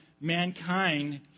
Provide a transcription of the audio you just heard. mankind